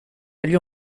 fallu